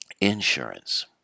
insurance